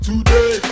Today